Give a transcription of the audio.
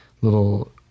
little